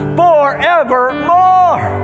forevermore